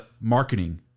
marketing